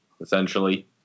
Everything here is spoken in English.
essentially